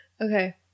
Okay